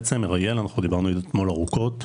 דיברנו אתמול ארוכות.